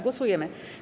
Głosujemy.